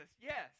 yes